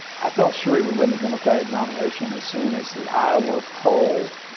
i felt sure he would win the democratic nomination as soon as the iowa poll